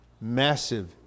massive